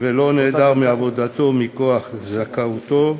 ולא נעדר מעבודתו מכוח זכאותו,